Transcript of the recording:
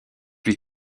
lui